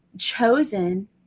chosen